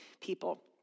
people